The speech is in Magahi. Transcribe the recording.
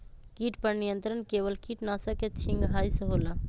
किट पर नियंत्रण केवल किटनाशक के छिंगहाई से होल?